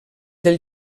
del